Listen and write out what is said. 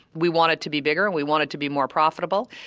we want it to be bigger, we want it to be more profitable,